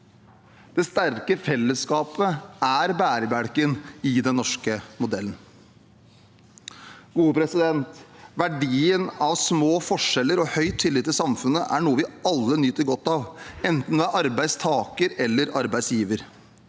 Det sterke fellesskapet er bærebjelken i den norske modellen. Verdien av små forskjeller og høy tillit i samfunnet er noe vi alle nyter godt av, enten man er arbeidstaker eller arbeidsgiver.